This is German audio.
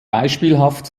beispielhaft